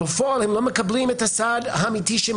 בפועל הם לא מקבלים את הסעד האמיתי שהם